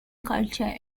culture